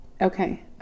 Okay